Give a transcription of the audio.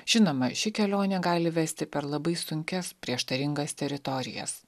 žinoma ši kelionė gali vesti per labai sunkias prieštaringas teritorijas